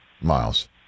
Miles